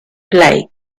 blake